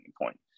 point